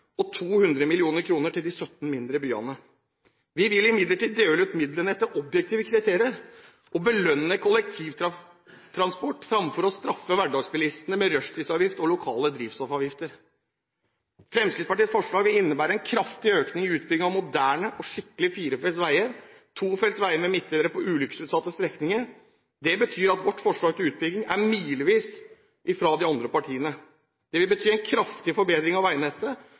og 200 mill. kr til de 17 mindre byene. Vi vil imidlertid dele ut midlene etter objektive kriterier og belønne kollektivtransport fremfor å straffe hverdagsbilistene med rushtidsavgift og lokale drivstoffavgifter. Fremskrittspartiets forslag vil innebære en kraftig økning i utbyggingen av moderne og skikkelige firefelts veier og tofelts veier med midtdelere på ulykkesutsatte strekninger. Det betyr at vårt forslag til utbygging er milevis fra de andre partienes. Det vil bety en kraftig forbedring av veinettet,